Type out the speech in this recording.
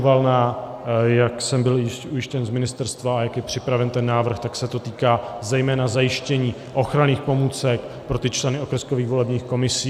A jak jsem byl již ujištěn z ministerstva a jak je připraven ten návrh, tak se to týká zejména zajištění ochranných pomůcek pro členy okrskových volebních komisí.